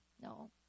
No